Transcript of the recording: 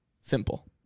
simple